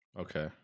Okay